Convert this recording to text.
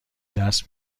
دست